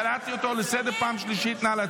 אני קורא אותך לסדר פעם שנייה.